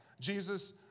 Jesus